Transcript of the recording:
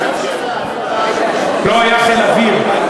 לא היה חיל אוויר.